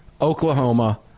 Oklahoma